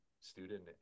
student